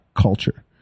culture